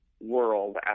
world